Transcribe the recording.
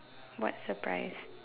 what's the prize